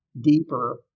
deeper